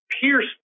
pierce